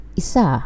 isa